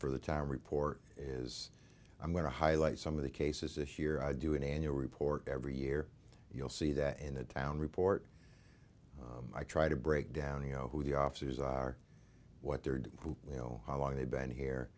for the time report is i'm going to highlight some of the cases this year i do an annual report every year you'll see that in a town report i try to break down you know who the officers are what their you know how long they've been here